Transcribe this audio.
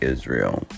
Israel